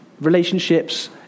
relationships